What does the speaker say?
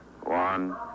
one